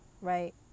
right